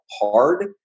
hard